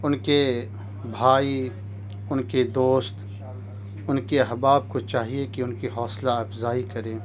ان کے بھائی ان کے دوست ان کے احباب کو چاہیے کہ ان کی حوصلہ افزائی کریں